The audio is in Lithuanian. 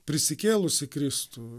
prisikėlusį kristų